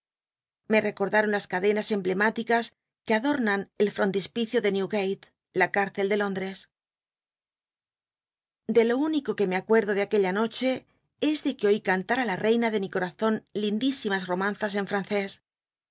me recordaron las cadenas emblemáticas que adornan el ftontispicio de newgale la c írccl de lóndres de lo único que me acuerdo de aquella noche es de que oí cantm á la reina de mi corazon lindísimas romanzas en francés